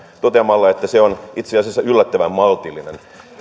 toteamalla että se on itse asiassa yllättävän maltillinen